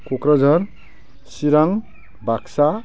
Kokrajhar Chirang Baksa